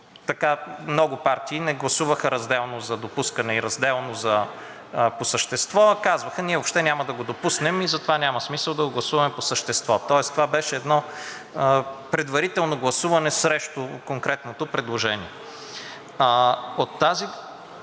много партии не гласуваха разделно за допускане и разделно по същество, а казваха ние въобще няма да го допуснем и затова няма смисъл да го гласуваме по същество. Тоест това беше едно предварително гласуване срещу конкретното предложение. От гледна